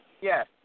Yes